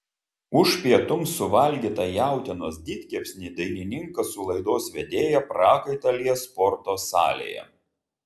už pietums suvalgytą jautienos didkepsnį dainininkas su laidos vedėja prakaitą lies sporto salėje